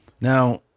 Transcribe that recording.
Now